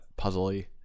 puzzly